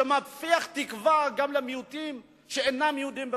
שיפיח תקווה גם במיעוטים בתוכנו שאינם יהודים.